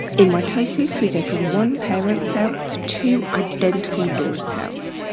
in mitosis, we go from one parent cell to two identical daughter cells.